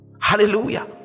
hallelujah